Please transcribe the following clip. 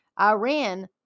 iran